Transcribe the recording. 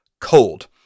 Cold